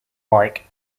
like